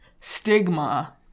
stigma